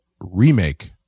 remake